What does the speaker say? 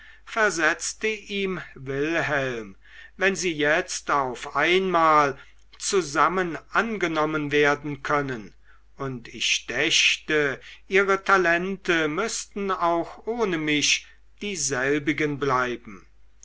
versetzte ihm wilhelm wenn sie jetzt auf einmal zusammen angenommen werden können und ich dächte ihre talente müßten auch ohne mich dieselbigen bleiben